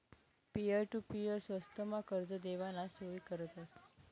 peer to peer स्वस्तमा कर्ज देवाना सोय करतस